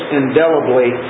indelibly